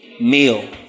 meal